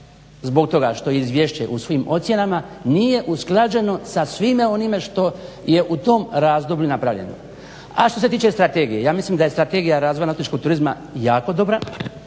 zbog toga što izvješće u svojim ocjenama nije usklađeno sa svime onime što je u tom razdoblju napravljeno. A što se tiče strategije, ja mislim da je Strategija razvoja nautičkog turizma jako dobra,